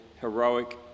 heroic